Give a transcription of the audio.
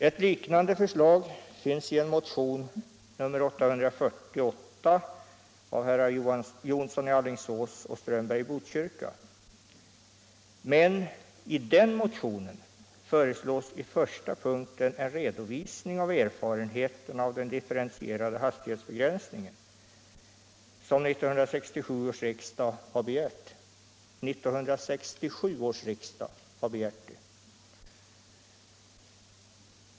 Ett liknande förslag finns i motionen 848 av herrar Jonsson i Alingsås och Strömberg i Botkyrka. Men i den motionen föreslås i första punkten en sådan redovisning av erfarenheterna av den differentierade hastighetsbegränsningen som 1967 års riksdag begärde. Observera att det var 1967 års riksdag.